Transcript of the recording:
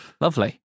Lovely